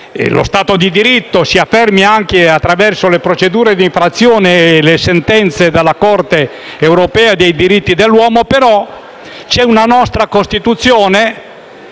lo stato di diritto si afferma anche attraverso le procedure di infrazione e le sentenze della Corte europea dei diritti dell'uomo, però c'è una nostra Costituzione